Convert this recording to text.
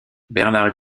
bernard